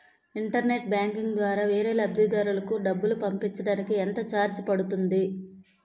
Internet banking ద్వారా వేరే లబ్ధిదారులకు డబ్బులు పంపించటానికి ఎంత ఛార్జ్ పడుతుంది?